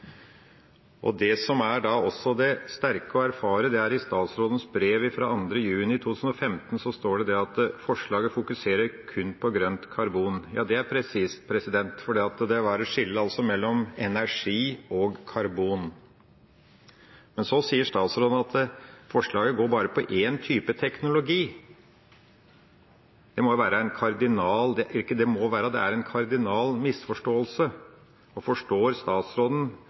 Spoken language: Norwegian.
terreng, samtidig som det er store muligheter. Det som også er sterkt å erfare, er at i statsrådens brev av 2. juni 2015 står det at forslaget fokuserer kun på grønt karbon. Ja, det er presist, for det skiller mellom energi og karbon. Men så sier statsråden at forslaget går bare på én type teknologi. Det er en kardinal misforståelse. Forstår statsråden